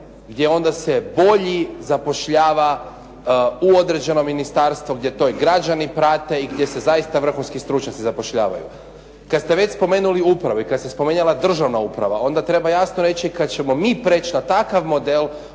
gdje onda se bolji zapošljava u određenom ministarstvu gdje to i građani prate i gdje se zaista vrhunski stručnjaci zapošljavaju. Kad ste već spomenuli u upravi, i kad se spominjala državna uprava, onda treba jasno reći kad ćemo mi prijeći na takav model